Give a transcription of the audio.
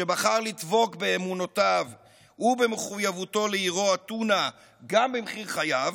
שבחר לדבוק באמונותיו ובמחויבותו לעירו אתונה גם במחיר חייו,